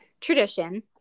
tradition